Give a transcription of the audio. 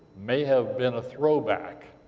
may have been a throwback.